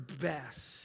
best